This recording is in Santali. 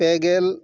ᱯᱮᱜᱮᱞ